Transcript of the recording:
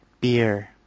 Beer